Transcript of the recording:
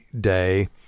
day